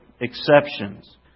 exceptions